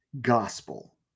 gospel